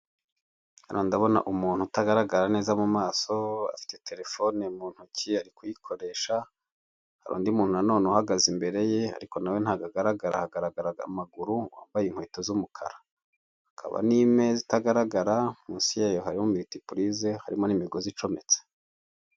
Hano ndabona umuntu utagaragara neza mu maso, afite telefone mu ntoki ari kuyikoresha, hari undi muntu nanone uhagaze imbere ye, ariko na we ntabwo agaragara haragaragaraga amaguru wambaye inkweto z'umukara, hakaba n'imeza itagaragara munsi yayo harimo muritipirize harimo n'imigozi icometse.